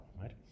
right